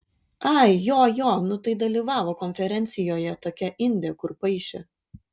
ai jo jo nu tai dalyvavo konferencijoje tokia indė kur paišė